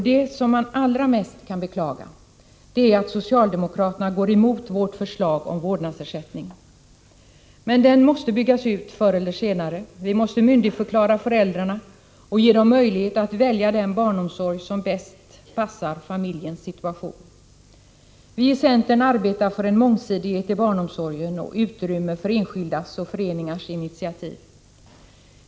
Det som man allra mest kan beklaga, det är att socialdemokraterna går emot vårt förslag om vårdnadsersättning. Men den måste byggas ut förr eller senare. Vi måste myndigförklara föräldrarna och ge dem möjlighet att välja den barnomsorg som bäst passar familjens situation. Vi i centern arbetar för en mångsidighet i barnomsorgen och utrymme för enskildas och föreningars initiativ.